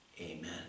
Amen